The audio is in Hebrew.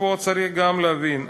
ופה צריך גם להבין,